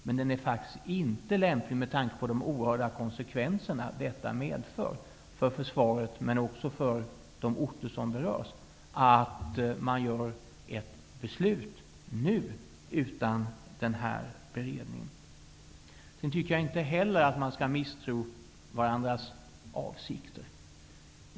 Men det är faktiskt inte lämpligt att man nu fattar ett beslut utan den här beredningen, med tanke på de oerhörda konsekvenser detta medför för försvaret men också för de orter som berörs. Man skall heller inte misstro varandras avsikter.